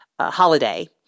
Holiday